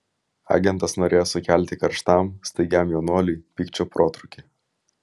agentas norėjo sukelti karštam staigiam jaunuoliui pykčio protrūkį